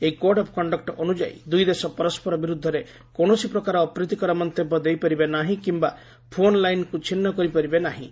ଏହି code of କଶ୍ଚକ୍ ଅନୁଯାୟୀ ଦୁଇ ଦେଶ ପରସ୍କର ବିରୁଦ୍ଧରେ କୌଣସି ପ୍ରକାର ଅପ୍ରିତୀକର ମନ୍ତବ୍ୟ ଦେଇ ପାରିବେ ନାହିଁ କିମ୍ବା ଫୋନ୍ ଲାଇନ୍କୁ ଛିନ୍ନ କରିପାରିବେ ନାହିଁ